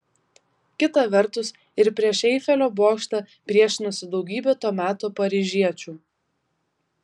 kita vertus ir prieš eifelio bokštą priešinosi daugybė to meto paryžiečių